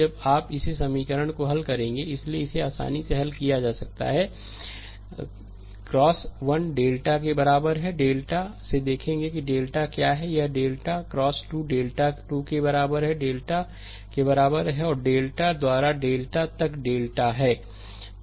जब आप इस समीकरण को हल कर रहे हैं इसलिए इसे आसानी से हल किया जा सकता है x 1 डेल्टा के बराबर है 1 डेल्टा से देखेंगे कि डेल्टा 1 क्या है या डेल्टा x 2 डेल्टा 2 के डेल्टा के बराबर है और डेल्टा द्वारा डेल्टा तक डेल्टा है